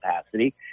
capacity